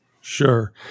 Sure